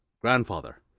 grandfather